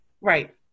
Right